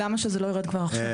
למה שזה לא יירד כבר עכשיו?